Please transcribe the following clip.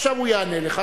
עכשיו הוא יענה לך,